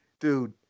dude